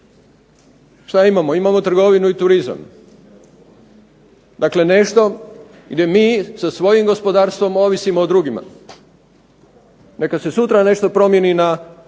Šta imamo? Imamo trgovinu i turizam. Dakle, nešto gdje mi sa svojim gospodarstvom ovisimo o drugima. Neka se sutra nešto promijeni na